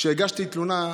כשהגשתי תלונה,